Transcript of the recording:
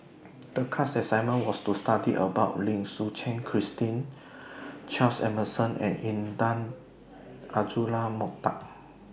The class assignment was to study about Lim Suchen Christine Charles Emmerson and Intan Azura Mokhtar